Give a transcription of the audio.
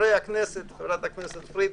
חברת הכנסת פרידמן,